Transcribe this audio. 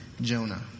Jonah